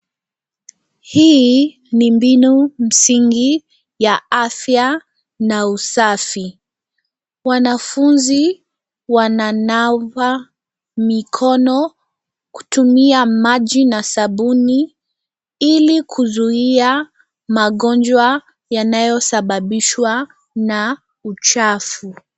Hii ni mbinu msingi ya afya na usafi, wanafunzi wananawa mikono, kutumia maji na sabuni, ili kuzuia magonjwa yanayosababishwa na uchafu.